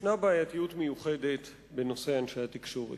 ישנה בעייתיות מיוחדת בנושא אנשי התקשורת.